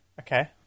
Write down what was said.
Okay